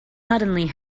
suddenly